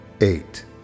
eight